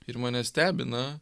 ir mane stebina